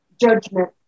judgment